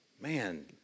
Man